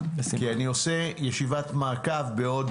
אני עושה ישיבת מעקב בעוד